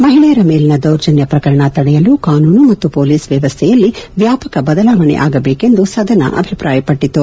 ಮಹಿಳೆಯರ ಮೇಲಿನ ದೌರ್ಜನ್ಯ ಪ್ರಕರಣ ತಡೆಯಲು ಕಾನೂನು ಮತ್ತು ಮೊಲೀಸ್ ವ್ಯವಸ್ಥೆಯಲ್ಲಿ ವ್ಯಾಪಕ ಬದಲಾವಣೆಯಾಗಬೇಕೆಂದು ಸದನ ಅಭಿಪ್ರಾಯಪಟ್ಟಿತು